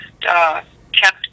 kept